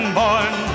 born